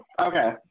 Okay